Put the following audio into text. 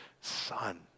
Son